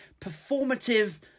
performative